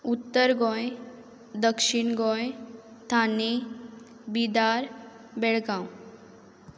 उत्तर गोंय दक्षीण गोंय थाने बिदार बेळगांव